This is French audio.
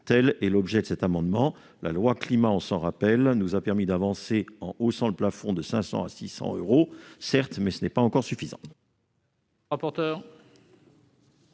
tel est l'objet de cet amendement. La loi Climat et résilience nous a certes permis d'avancer en haussant le plafond de 500 à 600 euros, mais ce n'est pas encore suffisant.